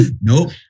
Nope